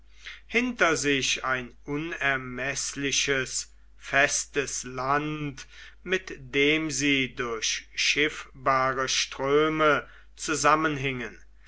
hinter sich ein unermeßliches festes land mit dem sie durch schiffbare ströme zusammenhingen